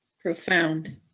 profound